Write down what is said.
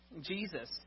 Jesus